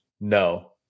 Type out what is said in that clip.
No